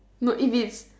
no if it's